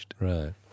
Right